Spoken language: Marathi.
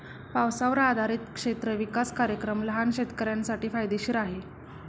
पावसावर आधारित क्षेत्र विकास कार्यक्रम लहान शेतकऱ्यांसाठी फायदेशीर आहे